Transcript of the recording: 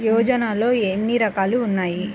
యోజనలో ఏన్ని రకాలు ఉన్నాయి?